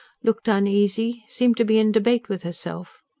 looked uneasy, seemed to be in debate with herself.